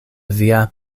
via